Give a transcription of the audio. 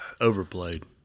Overplayed